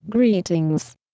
greetings